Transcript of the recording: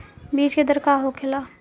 बीज के दर का होखेला?